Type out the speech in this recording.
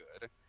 good